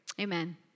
Amen